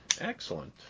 Excellent